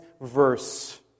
verse